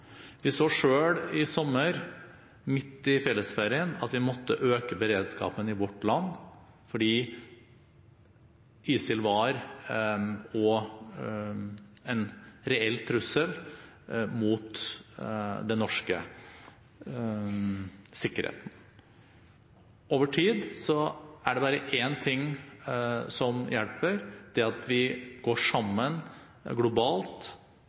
I sommer, midt i fellesferien, måtte vi øke beredskapen i vårt land fordi ISIL var en reell trussel mot den norske sikkerheten. Over tid er det bare én ting som hjelper – det at vi går sammen globalt